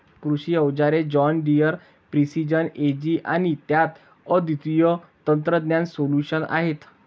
कृषी अवजारे John Deere precision ag आणि त्यात अद्वितीय तंत्रज्ञान सोल्यूशन्स आहेत